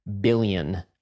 billion